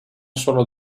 solo